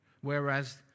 whereas